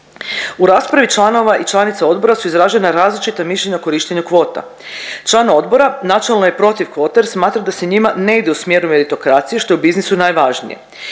U raspravi članova i članica odbora su izražena različita mišljenja korištenja kvota. Član odbora načelno je protiv kvote jer smatra da se njima ne ide u smjeru meditokracije što je u biznisu najvažnije.